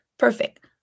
Perfect